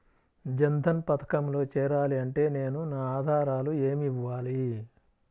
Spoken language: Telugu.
జన్ధన్ పథకంలో చేరాలి అంటే నేను నా ఆధారాలు ఏమి ఇవ్వాలి?